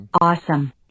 Awesome